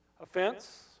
offense